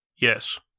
Yes